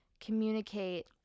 Communicate